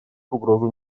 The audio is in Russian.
угрозу